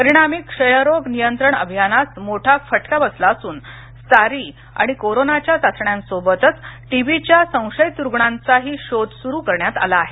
परिणामी क्षयरोग नियंत्रण अभियानास मोठा फटका बसला असून सारी आणि कोरोनाच्या चाचण्यांसोबतच टीबीच्या संशयित रुग्णांचा ही शोध सुरू करण्यात आला आहे